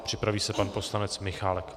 Připraví se pan poslanec Michálek.